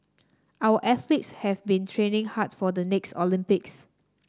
our athletes have been training hard for the next Olympics